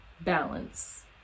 balance